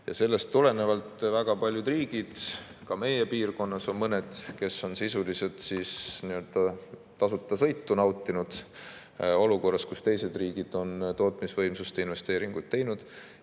Sellest tulenevalt on väga paljud riigid, ka meie piirkonnas mõned, sisuliselt tasuta sõitu nautinud olukorras, kus teised riigid on tootmisvõimsuste investeeringuid teinud.